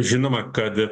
žinoma kad